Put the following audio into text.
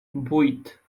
vuit